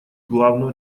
главную